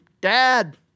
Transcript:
dad